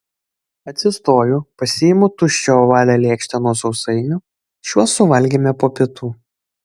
atsistoju pasiimu tuščią ovalią lėkštę nuo sausainių šiuos suvalgėme po pietų